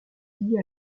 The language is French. liée